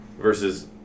Versus